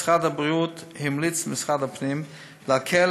משרד הבריאות המליץ למשרד הפנים להקל